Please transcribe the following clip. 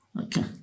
Okay